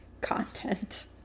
content